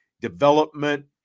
development